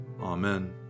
Amen